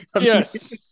Yes